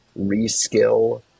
reskill